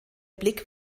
blick